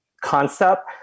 concept